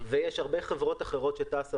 ויש הרבה חברות אחרות שטסו,